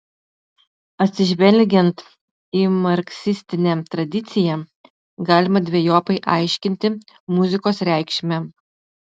atsižvelgiant į marksistinę tradiciją galima dvejopai aiškinti muzikos reikšmę